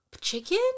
Chicken